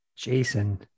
Jason